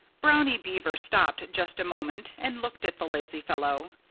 brownie beaver stopped just a moment and looked at the lazy fellow.